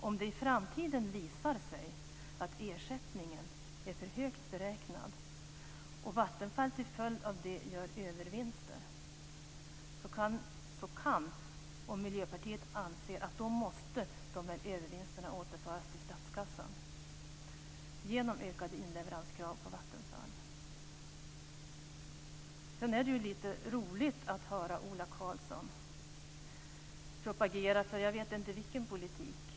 Om det i framtiden visar sig att ersättningen är för högt beräknad och Vattenfall till följd av det gör övervinster kan - och Miljöpartiet anser att så måste ske - de här övervinsterna återföras till statskassan genom ökade inleveranskrav på Vattenfall. Sedan är det lite roligt att höra Ola Karlsson propagera för jag vet inte vilken politik.